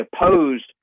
opposed